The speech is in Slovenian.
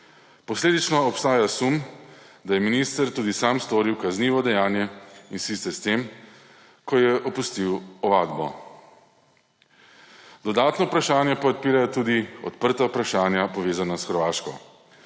Posledično obstaja sum, da je minister tudi sam storil kaznivo dejanje, in sicer s tem, ko je opustil ovadbo. Dodatno vprašanje pa odpirajo tudi odprta vprašanja, povezana s Hrvaško.